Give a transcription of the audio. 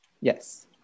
Yes